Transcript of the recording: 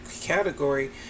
category